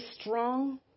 strong